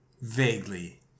Vaguely